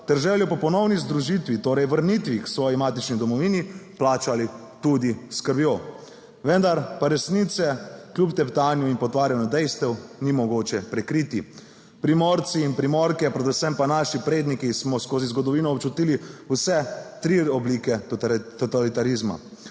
ter željo po ponovni združitvi, torej vrnitvi k svoji matični domovini, plačali tudi s krvjo, vendar pa resnice kljub teptanju in potvarjanju dejstev ni mogoče prekriti. Primorci in Primorke, predvsem pa naši predniki, smo skozi zgodovino občutili vse tri oblike totalitarizma.